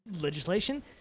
legislation